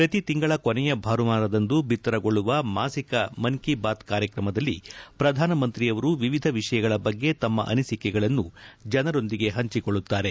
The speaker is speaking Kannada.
ಪ್ರತಿ ತಿಂಗಳ ಕೊನೆಯ ಭಾನುವಾರದಂದು ಬಿತ್ತರಗೊಳ್ಳುವ ಮಾಸಿಕ ಮನ್ ಕಿ ಬಾತ್ ಕಾರ್ಯಕ್ರಮದಲ್ಲಿ ಪ್ರಧಾನಮಂತ್ರಿಯವರು ವಿವಿಧ ವಿಷಯಗಳ ಬಗ್ಗೆ ತಮ್ಮ ಅನಿಸಿಕೆಗಳನ್ನು ಜನರೊಂದಿಗೆ ಹಂಚಿಕೊಳ್ಳುತ್ತಾರೆ